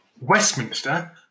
Westminster